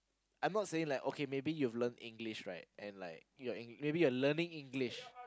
I'm not saying like okay maybe you've learn English right and like maybe you're learning English